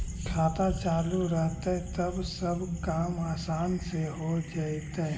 खाता चालु रहतैय तब सब काम आसान से हो जैतैय?